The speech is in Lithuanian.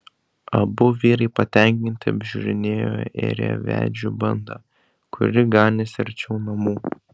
abu vyrai patenkinti apžiūrinėjo ėriavedžių bandą kuri ganėsi arčiau namų